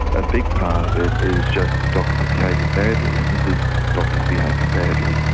a big part of it is just doctors behaving badly and this is doctors behaving badly.